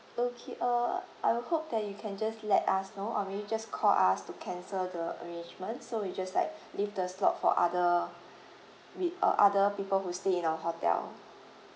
okay uh I will hope that you can just let us know or maybe just call us to cancel the arrangement so we just like leave the slot for other with uh other people who stay in our hotel